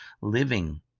living